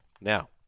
Now